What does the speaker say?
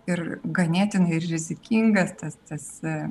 ir ganėtinai rizikingas tas tas